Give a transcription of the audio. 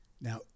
now